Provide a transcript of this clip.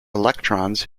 electrons